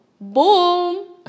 Boom